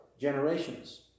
generations